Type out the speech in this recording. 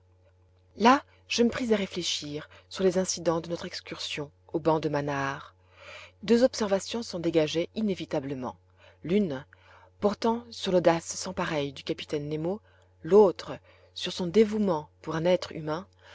là je me pris à réfléchir sur les incidents de notre excursion au banc de manaar deux observations s'en dégageaient inévitablement l'une portant sur l'audace sans pareille du capitaine nemo l'autre sur son dévouement pour un être humain